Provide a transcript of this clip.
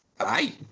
Hi